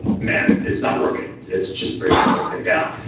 man, it's not working. it's just bringing the whole thing down.